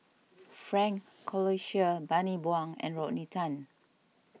Frank Cloutier Bani Buang and Rodney Tan